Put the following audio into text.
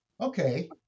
okay